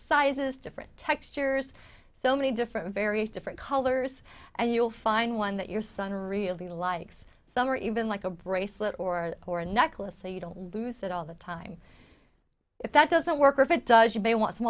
sizes different textures so many different very different colors and you'll find one that your son really likes some or even like a bracelet or or a necklace so you don't lose that all the time if that doesn't work or if it does you may want some